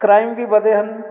crime ਵੀ ਵਧੇ ਹਨ